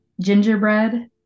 Gingerbread